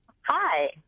Hi